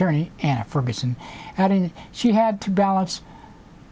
when she had to balance